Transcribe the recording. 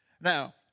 Now